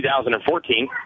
2014